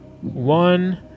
one